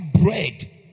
bread